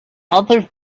other